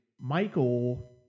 Michael